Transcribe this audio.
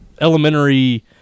elementary